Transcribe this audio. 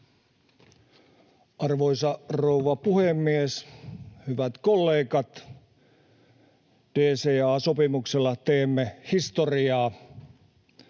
Arvoisa rouva puhemies! Hyvät kollegat! DCA-sopimuksella teemme historiaa.